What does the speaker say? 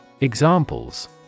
Examples